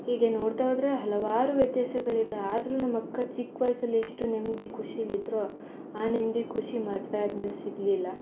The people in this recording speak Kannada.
ಹೀಗೆ ನೋಡ್ತಾ ಹೋದರೆ ಹಲವಾರು ವ್ಯತ್ಯಾಸಗಳಿದೆ ಆದ್ರೂ ನಮ್ಮಕ್ಕ ಚಿಕ್ಕ ವಯಸಲ್ಲಿ ಎಷ್ಟು ನೆಮ್ಮದಿ ಖುಷಿಲಿದ್ರೊ ಆ ನೆಮ್ಮದಿ ಖುಷಿ ಮದುವೆ ಆದ್ಮೇಲೆ ಸಿಗಲಿಲ್ಲ